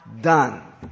done